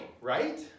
right